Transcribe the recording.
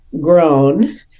grown